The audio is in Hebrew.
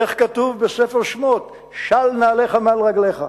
איך כתוב בספר שמות, "של נעליך מעל רגליך".